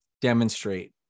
demonstrate